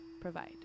provide